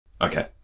Okay